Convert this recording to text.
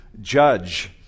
judge